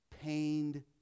pained